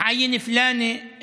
מנה פלוני,